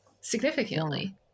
significantly